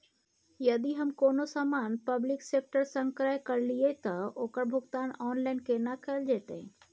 हम यदि कोनो सामान पब्लिक सेक्टर सं क्रय करलिए त ओकर भुगतान ऑनलाइन केना कैल जेतै?